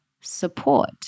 support